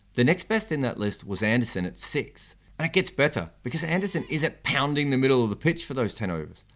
the next best in that list was anderson at six. and it gets better, because anderson isn't pounding the middle of the pitch for those ten overs.